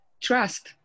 Trust